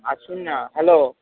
আর শোন না হ্যালো